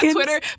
Twitter